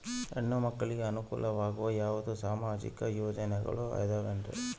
ಹೆಣ್ಣು ಮಕ್ಕಳಿಗೆ ಅನುಕೂಲವಾಗುವ ಯಾವುದೇ ಸಾಮಾಜಿಕ ಯೋಜನೆಗಳು ಅದವೇನ್ರಿ?